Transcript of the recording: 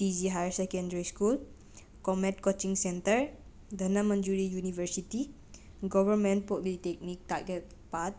T G higher secondary school comet coaching centre Dhanamanjuri university government polytechnic Takyelpat